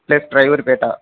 plus driver Bata